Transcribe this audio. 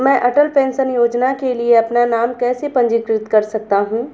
मैं अटल पेंशन योजना के लिए अपना नाम कैसे पंजीकृत कर सकता हूं?